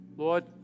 Lord